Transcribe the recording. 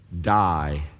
die